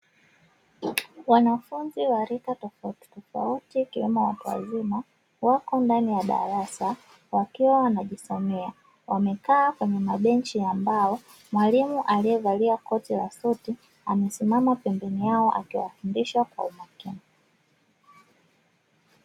Wanafunzi wa rika tofauti tofauti ikiwemo watu wazima, wako ndani ya darasa wakiwa wanajisomea wamekaa kwenye mabenchi ya mbao, mwalimu aliyevalia koti la suti amesimama pembeni yao akiwafundisha kwa umakini.